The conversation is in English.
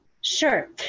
sure